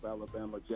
Alabama